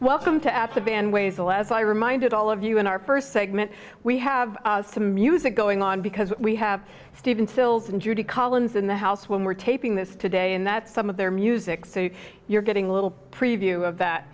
welcome to add the band ways away as i reminded all of you in our first segment we have some music going on because we have stephen stills and judy collins in the house when we're taping this today and that's some of their music so you're getting a little preview of that